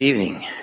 evening